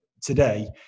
today